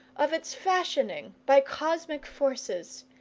of its fashioning by cosmic forces,